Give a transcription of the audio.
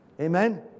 Amen